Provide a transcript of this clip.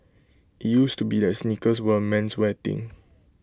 IT used to be that sneakers were A menswear thing